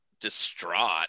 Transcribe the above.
distraught